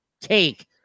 take